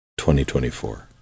2024